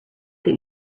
that